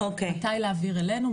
מתי להעביר אלינו,